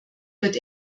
wird